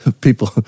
people